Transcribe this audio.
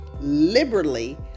liberally